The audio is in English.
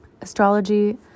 Astrology